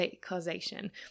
causation